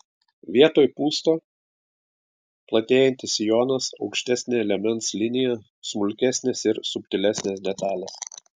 vietoj pūsto platėjantis sijonas aukštesnė liemens linija smulkesnės ir subtilesnės detalės